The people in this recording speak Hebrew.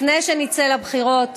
לפני שנצא לבחירות,